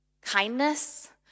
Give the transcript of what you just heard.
kindness